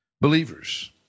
Believers